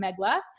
Megla